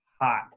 hot